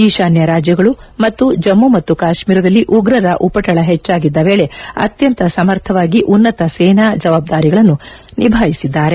ಈಶಾನ್ನ ರಾಜ್ಲಗಳು ಹಾಗೂ ಜಮ್ನು ಮತ್ತು ಕಾಶ್ನೀರದಲ್ಲಿ ಉಗ್ರರ ಉಪಟಳ ಹೆಚ್ಚಾಗಿದ್ದ ವೇಳೆ ಅತ್ಯಂತ ಸಮರ್ಥವಾಗಿ ಉನ್ನತ ಸೇನಾ ಜವಬ್ದಾರಿಗಳನ್ನು ನಿಭಾಯಿಸಿದ್ದಾರೆ